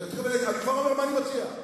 מה אתה מציע?